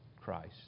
Christ